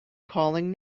calling